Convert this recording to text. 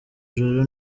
joro